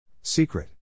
Secret